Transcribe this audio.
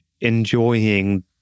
enjoying